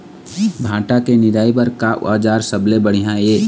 भांटा के निराई बर का औजार सबले बढ़िया ये?